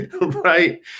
right